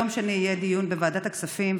ביום שני יהיה דיון בוועדת הכספים,